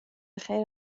خیر